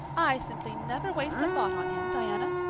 i simply never waste a thought on him, diana.